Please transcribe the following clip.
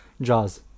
jaws